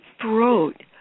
throat